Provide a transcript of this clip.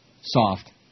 Soft